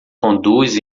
conduz